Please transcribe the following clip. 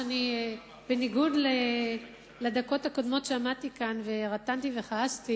שבניגוד לדקות הקודמות שעמדתי כאן ורטנתי וכעסתי